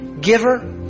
giver